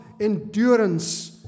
endurance